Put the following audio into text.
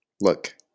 look